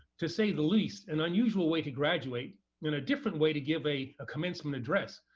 to say the least, an unusual way to graduate and a different way to give a a commencement address.